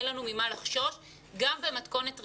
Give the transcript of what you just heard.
אין לנו ממה לחשוש גם במתכונת רגילה.